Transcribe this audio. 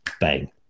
Bang